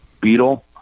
Beetle